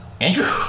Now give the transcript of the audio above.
Andrew